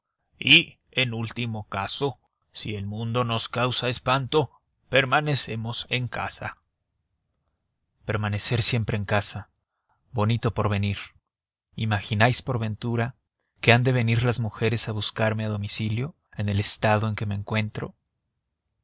y en último caso si el mundo nos causa espanto permanecemos en casa permanecer siempre en casa bonito porvenir imagináis por ventura que han de venir las mujeres a buscarme a domicilio en el estado en que me encuentro